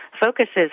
focuses